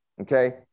Okay